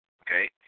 okay